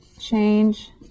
change